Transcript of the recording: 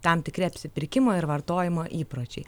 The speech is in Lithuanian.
tam tikri apsipirkimo ir vartojimo įpročiai